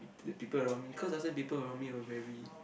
the people around me cause last time people around me were very